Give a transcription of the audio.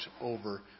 over